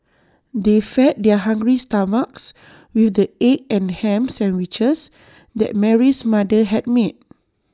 they fed their hungry stomachs with the egg and Ham Sandwiches that Mary's mother had made